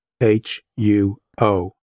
H-U-O